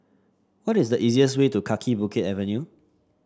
what is the easiest way to Kaki Bukit Avenue